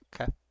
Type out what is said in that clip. Okay